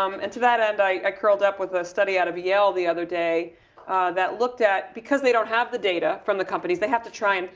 um and to that end i curled up with a study out of yale the other day that looked at, because they don't have the data from the companies. they have to try and